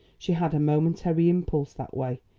she had a momentary impulse that way.